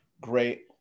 great